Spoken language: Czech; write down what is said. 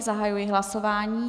Zahajuji hlasování.